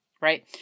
Right